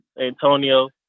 Antonio